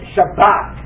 Shabbat